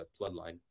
bloodline